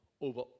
over